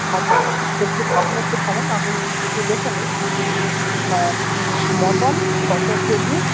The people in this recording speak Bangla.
আচ্ছা আচ্ছা আপনি একটু থামুন আমি একটু লিখে নিই হ্যাঁ মটন ছশো কেজি